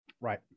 Right